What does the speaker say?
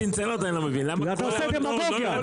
אתה עושה דמגוגיה.